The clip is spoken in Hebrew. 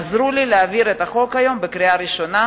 עזרו לי להעביר את החוק היום בקריאה הראשונה,